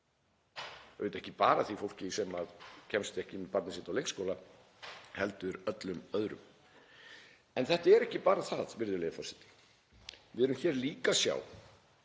auðvitað ekki bara því fólki sem kemst ekki með barnið sitt á leikskóla heldur öllum öðrum. En þetta er ekki bara það, virðulegi forseti. Við erum hér líka að